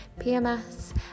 PMS